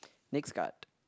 next card